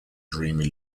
dreamy